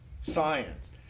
science